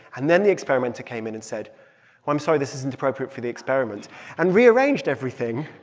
and then the experimenter came in and said i'm sorry, this isn't appropriate for the experiment and rearranged everything,